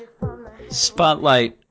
Spotlight